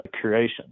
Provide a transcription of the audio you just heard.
creation